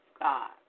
God